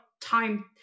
time